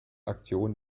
aktion